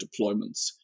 deployments